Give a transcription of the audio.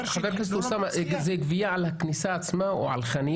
על הכניסה עצמה.